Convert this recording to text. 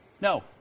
No